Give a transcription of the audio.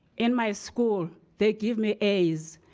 in my school they give me a's,